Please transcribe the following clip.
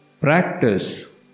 practice